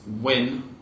win